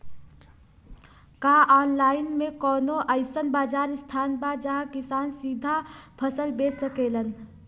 का आनलाइन मे कौनो अइसन बाजार स्थान बा जहाँ किसान सीधा फसल बेच सकेलन?